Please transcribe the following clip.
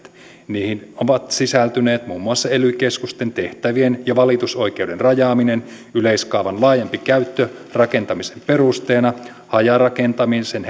niihin ovat sisältyneet muun muassa ely keskusten tehtävien ja valitusoikeuden rajaaminen yleiskaavan laajempi käyttö rakentamisen perusteena hajarakentamisen